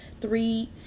three